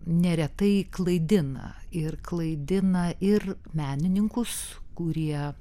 neretai klaidina ir klaidina ir menininkus kurie